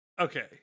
Okay